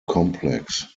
complex